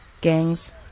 Gangs